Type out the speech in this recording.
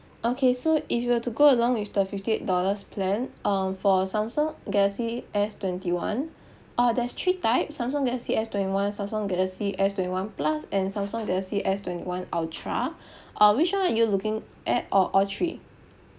okay so if you were to go along with the fifty eight dollars plan um for samsung galaxy S twenty one uh there's three types samsung galaxy S twenty one samsung galaxy S twenty one plus and samsung galaxy S twenty one ultra uh which one are you looking at or all three